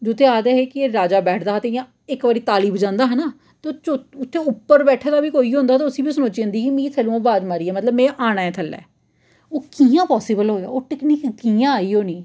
जित्थै आखदे हे कि राजा बैठदा हा ते इ'यां इक बारी ताली बजांदा हा न ते ओह् चौ उप्पर बैठे दा बी कोई होंदा हा ते उसी बी सनोची जंदी ही मिगी थल्लू दा बाज मारी ऐ मतलब में आना ऐ थल्लै ओह् कि'यां पासिबल होएया ओह् टकनीक कि'यां आई होनी